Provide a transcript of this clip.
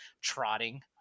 trotting